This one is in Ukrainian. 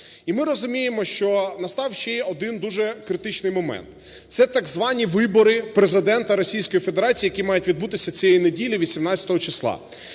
І ми розуміємо, що настав ще один дуже критичний момент, це так звані вибори Президента Російської Федерації, які мають відбутися цієї неділі, 18 числа.